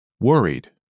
Worried